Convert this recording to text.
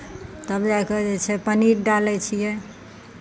तब जाय कऽ जे छै पनीर डालै छियै